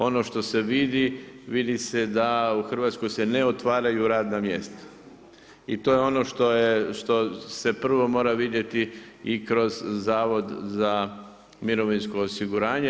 Ono što se vidi, vidi se da u Hrvatskoj se ne otvaraju radna mjesta i to je ono što se prvo mora vidjeti i kroz Zavod za mirovinsko osiguranje.